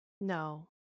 No